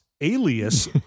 alias